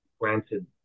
granted